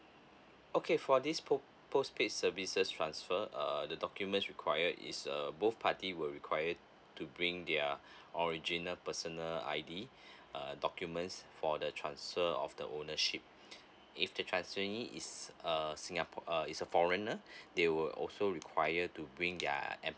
okay for this post postpaid services transfer err the documents required is err both party were required to bring their original personal I_D err documents for the transfer of the ownership if the tranferee is err singapore~ uh is a foreigner they will also require to bring their